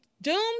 doomed